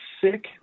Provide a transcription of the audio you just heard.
sick